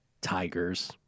Tigers